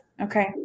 okay